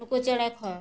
ᱱᱩᱠᱩ ᱪᱮᱬᱮ ᱠᱷᱚᱱ